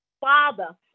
Father